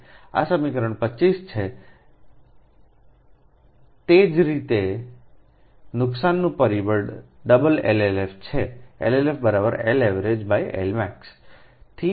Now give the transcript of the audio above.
આ સમીકરણ 25 છે તે જ રીતે નુકસાનનું પરિબળ ડબલ LLF છે LLF LavgLmax